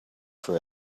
for